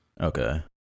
okay